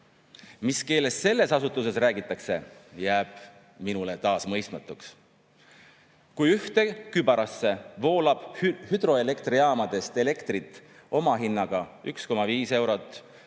Mis keeles selles asutuses räägitakse, jääb minule taas mõistmatuks. Kui ühte kübarasse voolab hüdroelektrijaamadest elektrit omahinnaga 1,5 eurot,